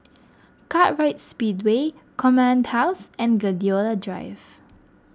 Kartright Speedway Command House and Gladiola Drive